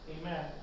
Amen